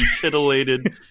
titillated